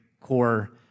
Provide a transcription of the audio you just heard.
core